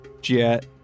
Jet